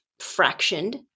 fractioned